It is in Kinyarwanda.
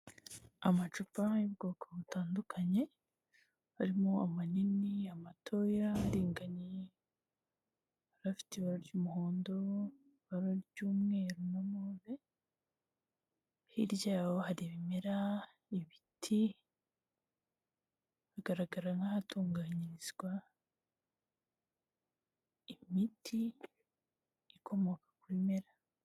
Amacupa y'ubwoko butandukanye, harimo amanini, amatoya aringaniye, afite ibara ry'umuhondo, ibara ry'umweru na move, hirya yaho hari ibimera ibiti, bigaragara nk'ahatunganyirizwa imiti ikomoka ku bimera.